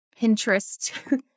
Pinterest